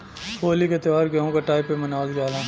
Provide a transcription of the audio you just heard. होली क त्यौहार गेंहू कटाई पे मनावल जाला